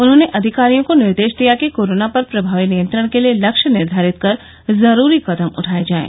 उन्होंने अधिकारियों को निर्देश दिया कि कोरोना पर प्रमावी नियंत्रण के लिये लक्ष्य निर्घारित कर जरूरी कदम उठाये जाएं